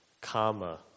comma